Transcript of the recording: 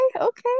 okay